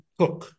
cook